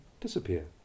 disappear